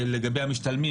לגבי המשתלמים,